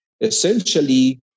Essentially